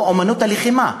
או "אמנות הלחימה".